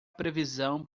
previsão